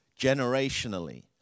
generationally